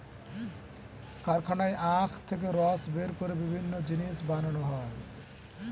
কারখানায় আখ থেকে রস বের করে বিভিন্ন জিনিস বানানো হয়